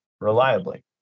reliably